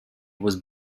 was